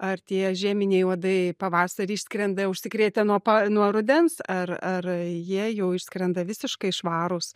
ar tie žieminiai uodai pavasarį išskrenda užsikrėtę nuo pa nuo rudens ar ar jie jau išskrenda visiškai švarūs